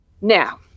Now